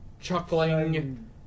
chuckling